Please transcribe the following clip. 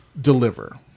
Deliver